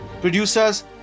Producers